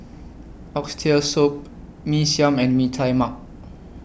Oxtail Soup Mee Siam and Mee Tai Mak